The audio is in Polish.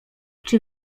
czy